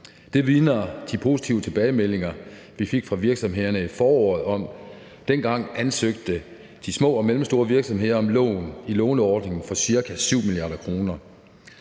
Det vidner de positive tilbagemeldinger, vi fik fra virksomhederne i foråret, om. Dengang ansøgte de små og mellemstore virksomheder om lån i låneordningen for ca. 7 mia. kr.,